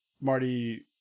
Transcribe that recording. Marty